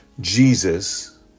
Jesus